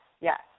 yes